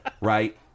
Right